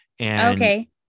Okay